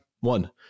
one